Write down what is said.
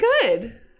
good